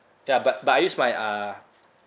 ya but but I use my uh